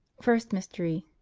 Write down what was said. first mystery.